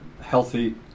healthy